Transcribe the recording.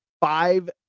five